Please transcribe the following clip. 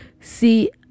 See